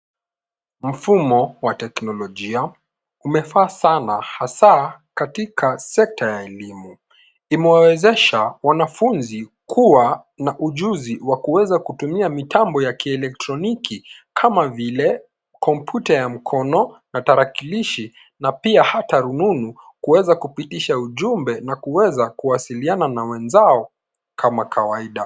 mafumo wa teknolojia umefaa sana hasaa katika sekta ya elimu imewawezesha wanafunzi kuwa na ujuzi wa kuweza kutumia mitambo ya kielektroniki kama vile kompyuta ya mkono na tarakilishi na pia hata rununu kuweza kupitisha ujumbe na kuweza kuwasiliana na wenzao kama kawaida